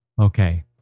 Okay